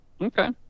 Okay